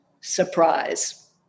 Surprise